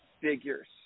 figures